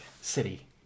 city